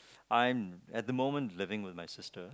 I'm at the moment living with my sister